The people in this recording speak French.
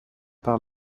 par